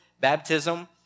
baptism